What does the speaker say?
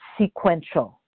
sequential